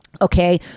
Okay